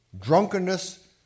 drunkenness